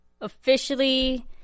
officially